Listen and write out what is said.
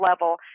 level